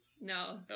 No